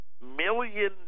million